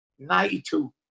92